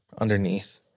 underneath